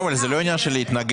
אבל זה לא עניין של להתנגד,